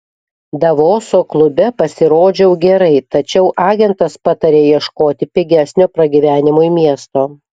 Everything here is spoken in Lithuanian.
davoso klube pasirodžiau gerai tačiau agentas patarė ieškoti pigesnio pragyvenimui miesto